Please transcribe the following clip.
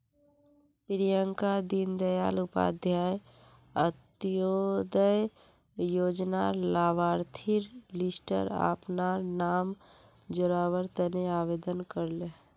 प्रियंका दीन दयाल उपाध्याय अंत्योदय योजनार लाभार्थिर लिस्टट अपनार नाम जोरावर तने आवेदन करले